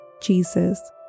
Jesus